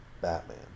Batman